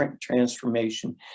transformation